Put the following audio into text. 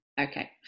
Okay